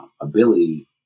ability